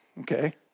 okay